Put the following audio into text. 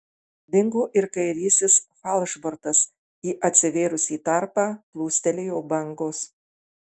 dingo ir kairysis falšbortas į atsivėrusį tarpą plūstelėjo bangos